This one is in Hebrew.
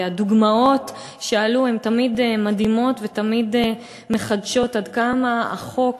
הדוגמאות שעולות הן תמיד מדהימות ותמיד מחדשות עד כמה החוק